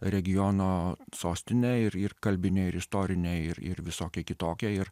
regiono sostinė ir ir kalbinė ir istorinė ir ir visokia kitokia ir